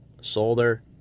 Solder